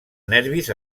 nervis